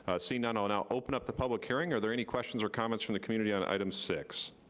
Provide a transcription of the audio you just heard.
seeing none, i'll now open up the public hearing. are there any questions or comments from the community on item six?